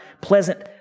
pleasant